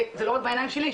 וזה לא רק בעיניים שלי,